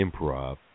improv